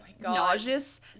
Nauseous